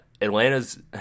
Atlanta's